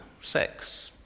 sex